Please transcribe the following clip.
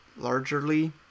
largerly